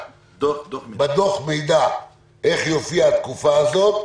בדוח מידע איך יופיע התקופה הזאת.